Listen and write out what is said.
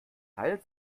teil